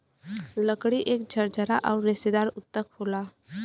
लकड़ी एक झरझरा आउर रेसेदार ऊतक होला